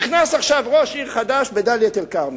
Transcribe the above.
נכנס עכשיו ראש עיר חדש בדאלית-אל-כרמל.